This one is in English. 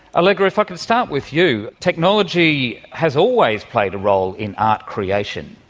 allegra, if i can start with you, technology has always played a role in art creation,